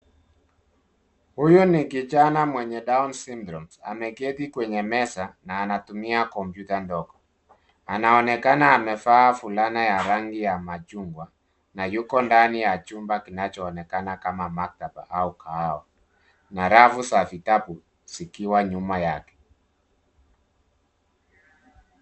Huyo ni kijana mwenye Down Syndrome , ameketi kwenye meza na anatumia kompyuta ndogo. Anaonekana amevaa fulana ya rangi ya machungwa na yuko ndani ya chumba kinachoonekana kama maktaba au kahawa na rafu za vitabu zikiwa nyuma yake.